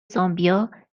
زامبیا